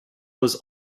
was